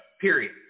period